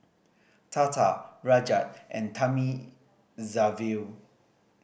Tata Rajat and Thamizhavel